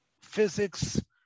physics